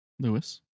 Lewis